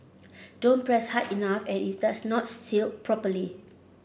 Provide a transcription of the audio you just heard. don't press hard enough and it does not seal properly